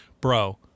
Bro